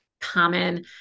common